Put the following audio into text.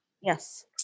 Yes